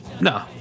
no